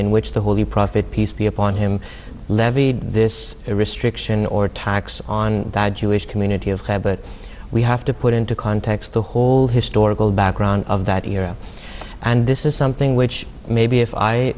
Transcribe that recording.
in which the holy prophet peace be upon him levied this restriction or attacks on jewish community of but we have to put into context the whole historical background of that era and this is something which maybe if i